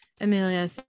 Amelia